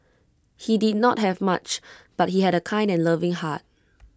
he did not have much but he had A kind and loving heart